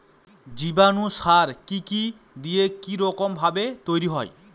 জীবাণু সার কি কি দিয়ে কি রকম ভাবে তৈরি হয়?